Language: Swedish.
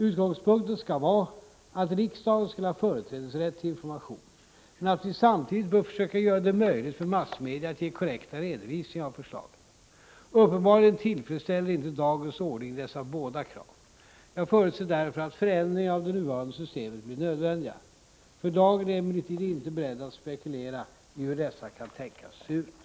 Utgångspunkten skall vara att riksdagen skall ha företrädesrätt till information, men att vi samtidigt bör försöka göra det möjligt för massmedia att ge korrekta redovisningar av förslagen. Uppenbarligen tillfredsställer inte dagens ordning dessa båda krav. Jag förutser därför att förändringar av det nuvarande systemet blir nödvändiga. För dagen är jag emellertid inte beredd att spekulera i hur dessa kan tänkas se ut.